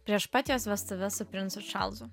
prieš pat jos vestuves su princu čarlzu